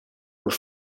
were